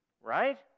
Right